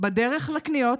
בדרך לקניות